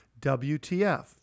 WTF